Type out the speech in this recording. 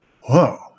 whoa